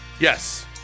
Yes